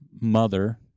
mother